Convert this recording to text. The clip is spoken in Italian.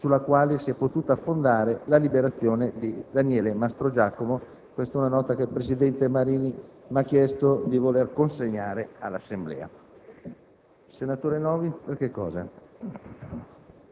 sulla quale si è potuta fondare la liberazione di Daniele Mastrogiacomo. Questa è una nota che il presidente Marini mi ha chiesto di consegnare all'Assemblea.